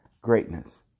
greatness